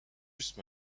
juste